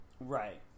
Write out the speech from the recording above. Right